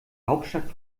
hauptstadt